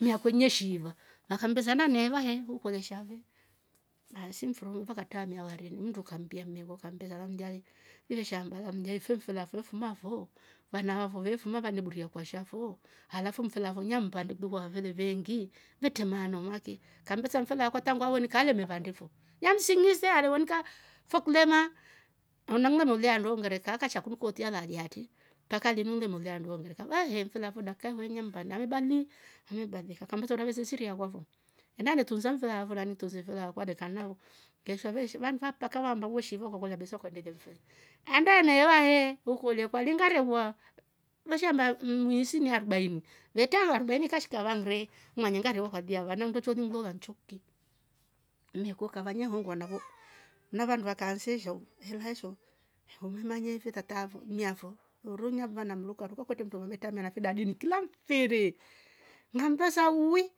Mmiakwe neshiivan vammbesa anaheva nafe ukolye sha ve baasimfuruumuvakatraamia varini vakammbesa omlya le ili veshaamba laumlya ife mfele afyo fuma fo vanavafo vane buria kwasha fo alafu mfele afo namvandi kuliko vafele veengi wetre maana vaki, kammbesa mfele akwa tangu awonika amene vande foo nemsing'ise alewonika fo kilema nanaga nale wonika fo kilema nanga nimlolye handu neongerereka ehe mfele afo dakika yi nemvandi amebadilika utravese siri akwa fo enda netrunsa mfele afo naani ntuse mfele akwa lekan naani vandu veshaamba mpaka we shiiva ukakolya besa ukaendelia mfele. enda uneheva ukolye kwani ngareuwa we shaamba mwiisi ni arobaini vetra arobaini ikashika vanre, umanye ngareuwa kwa ajili ya vana nndo chi ulinglola nchoki mmeku kava ne hongwa navo na vandu vakaansa esha u, olae sho umemanya ife tata afo- mmiafo unduhu ameva na uruka ruka kwetre mndu ne tramia nafe dadini kila mfiri ngammbesa uwiii